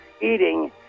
eating